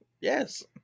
Yes